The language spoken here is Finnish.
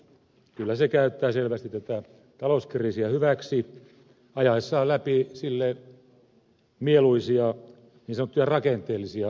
kyllä se käyttää selvästi tätä talouskriisiä hyväkseen ajaessaan läpi sille mieluisia niin sanottuja rakenteellisia ratkaisuja